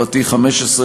15,